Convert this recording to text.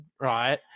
right